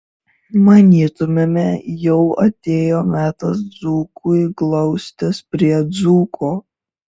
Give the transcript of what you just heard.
manytumėme jau atėjo metas dzūkui glaustis prie dzūko